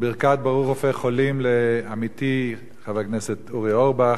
ברכת ברוך רופא חולים לעמיתי חבר הכנסת אורי אורבך,